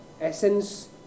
essence